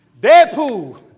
Deadpool